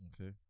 Okay